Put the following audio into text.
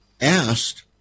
asked